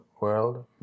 world